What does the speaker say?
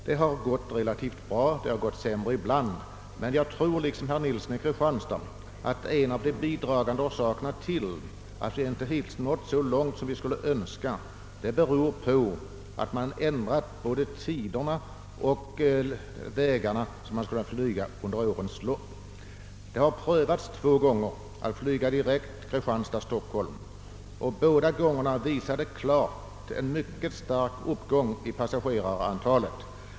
Det har gått relativt bra, men jag tror liksom herr Nilsson i Kristianstad, att en bidragande orsak till att vi hittills inte nått så långt som vi skulle ha önskat är att man ändrat både tidtabellen och färdvägarna för flyget där. Man har två gånger gjort prov med att flyga direkt mellan Kristianstad och Stockholm, och båda gångerna visade det sig klart, att det blev en mycket stark uppgång i passagerarantalet.